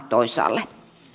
toisaalle